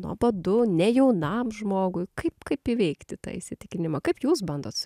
nuobodu ne jaunam žmogui kaip kaip įveikti tą įsitikinimą kaip jūs bandot